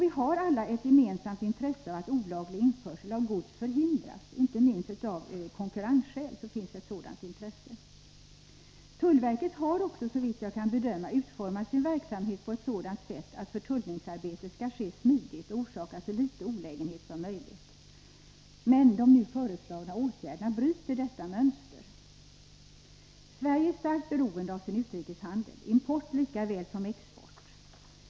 Vi har alla ett gemensamt intresse av att olaglig införsel av gods förhindras. Inte minst av konkurrensskäl finns ett sådant intresse. Tullverket har också, såvitt jag kan bedöma, utformat sin verksamhet på ett sådant sätt att förtullningsarbetet skall ske smidigt och orsaka så liten olägenhet som möjligt. Men de nu föreslagna åtgärderna bryter detta mönster. Sverige är starkt beroende av sin utrikeshandel, av import lika väl som av export.